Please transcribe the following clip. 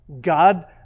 God